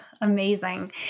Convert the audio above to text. Amazing